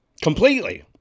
completely